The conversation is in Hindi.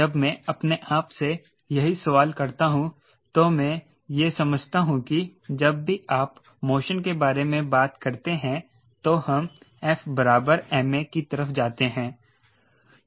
जब मैं अपने आप से यही सवाल करता हूं तो मैं यह भी समझता हूं कि जब भी आप मोशन के बारे में बात करते हैं तो हम F बराबर m a कि तरफ जाते हैं